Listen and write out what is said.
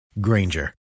Granger